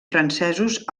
francesos